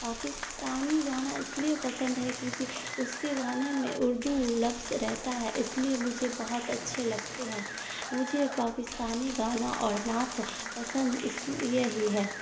پاکستانی گانا اس لیے پسند ہے کیونکہ اس کے گانے میں اردو لفظ رہتا ہے اس لیے مجھے بہت اچھے لگتے ہیں مجھے پاکستانی گانا اور نعت پسند اس لیے ہی ہے